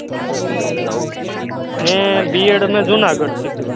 હં મેં બીએડ અમે જૂનાગઢથી કર્યું